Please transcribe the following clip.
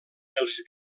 els